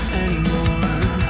anymore